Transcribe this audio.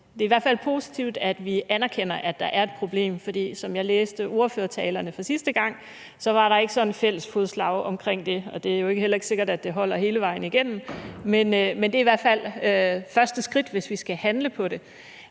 Det er i hvert fald positivt, at vi anerkender, at der er et problem, for som jeg læser ordførertalerne fra sidste gang, var der ikke et sådant fælles fodslag i forhold til det. Det er heller ikke sikkert, at det holder hele vejen igennem, men det er i hvert fald et første skridt, hvis vi skal handle på det.